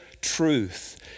truth